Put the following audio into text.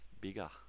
bigger